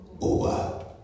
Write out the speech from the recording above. over